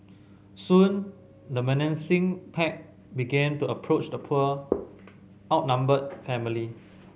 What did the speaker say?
soon the menacing pack began to approach the poor outnumbered family